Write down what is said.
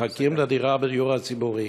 מחכים לדירה בדיור הציבורי.